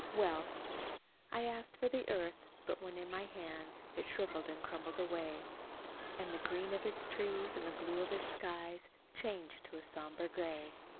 wealth i asked for the earth but when in my hands it shriveled and crumbled away and the green of its trees and the blue of its skies changed to a somber gray.